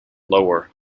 lower